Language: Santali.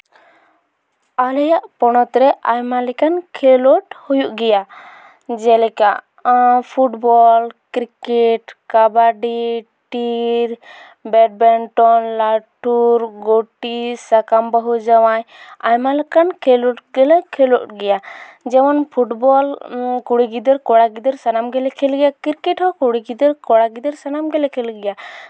ᱟᱞᱮᱭᱟᱜ ᱯᱚᱱᱚᱛ ᱨᱮ ᱟᱭᱢᱟ ᱞᱮᱠᱟᱱ ᱠᱷᱮᱞᱳᱰ ᱦᱩᱭᱩᱜ ᱜᱮᱭᱟ ᱡᱮᱞᱮᱠᱟ ᱯᱷᱩᱴᱵᱚᱞ ᱠᱨᱤᱠᱮᱴ ᱠᱟᱵᱟᱰᱤ ᱴᱤᱨ ᱵᱮᱰᱢᱤᱱᱴᱚᱱ ᱞᱟᱹᱴᱩᱨ ᱜᱩᱴᱤᱥ ᱥᱟᱠᱟᱢ ᱵᱟᱹᱦᱩ ᱡᱟᱶᱟᱭ ᱟᱭᱢᱟ ᱞᱮᱠᱟᱱ ᱠᱷᱮᱞᱳᱰ ᱜᱮᱞᱮ ᱠᱷᱮᱞᱳᱜ ᱜᱮᱭᱟ ᱡᱮᱢᱚᱱ ᱯᱷᱩᱴᱵᱚᱞ ᱠᱩᱲᱤ ᱜᱤᱫᱟᱹᱨ ᱠᱚᱲᱟ ᱜᱤᱫᱟᱹᱨ ᱥᱟᱱᱟᱢ ᱜᱮᱞᱮ ᱠᱷᱮᱞ ᱜᱮᱭᱟ ᱠᱨᱤᱠᱮᱴ ᱦᱚᱸ ᱠᱩᱲᱤ ᱜᱤᱫᱟᱹᱨ ᱠᱚᱲᱟ ᱜᱤᱫᱟᱹᱨ ᱥᱟᱱᱟᱢ ᱜᱮᱞᱮ ᱠᱷᱮᱞ ᱜᱮᱭᱟ